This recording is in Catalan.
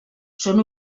són